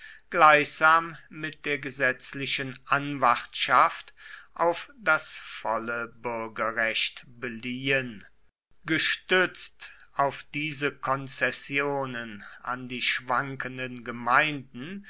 gleichsam mit der gesetzlichen anwartschaft auf das volle bürgerrecht beliehen gestützt auf diese konzessionen an die schwankenden gemeinden